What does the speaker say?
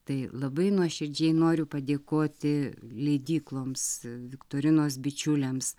tai labai nuoširdžiai noriu padėkoti leidykloms viktorinos bičiulėms